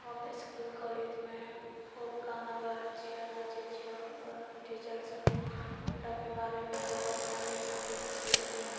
हम इसकुल कॉलेजमे खूब गाना गाऐ छिऐ नाचै छिऐ आओर टीचर सभ हमराके बारेमे बहुत तारीफ करै छिऐ